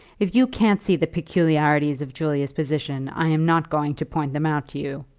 if you can't see the peculiarities of julia's position, i am not going to point them out to you.